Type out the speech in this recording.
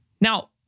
Now